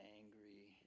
angry